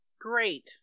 Great